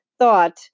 thought